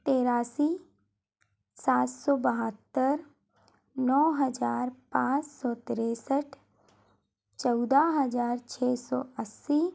तिरासी सात सौ बहतर नौ हजार पाँच सौ तिरसठ चौदह हजार छः सौ अस्सी